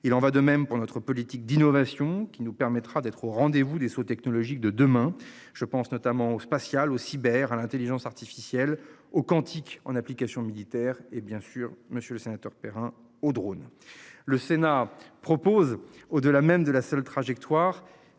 Il en va de même pour notre politique d'innovation qui nous permettra d'être au rendez-vous des sauts technologiques de demain. Je pense notamment aux spatial au cyber à l'Intelligence artificielle au quantique en application militaire et bien sûr, monsieur le sénateur Perrin aux drone. Le Sénat propose au delà même de la seule trajectoire